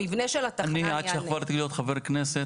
המבנה של התחנה --- מאז שהפכתי להיות חבר הכנסת,